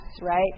right